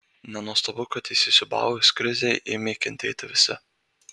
nenuostabu kad įsisiūbavus krizei ėmė kentėti visi